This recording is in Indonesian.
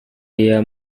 dia